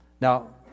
Now